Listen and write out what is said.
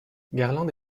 garland